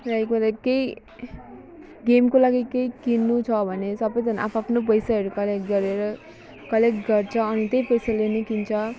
रह्यो कुरा केही गेमको लागि केही किन्नु छ भने सबैजना आआफ्नो पैसाहरू कलेक्ट गरेर कलेक्ट गर्छौँ अनि त्यही पैसाले नै किन्छौँ